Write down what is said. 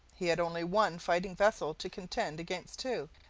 he had only one fighting vessel to contend against two,